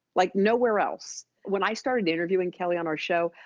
like nowhere else. when i started interviewing, kelly, on our show,